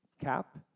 cap